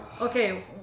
Okay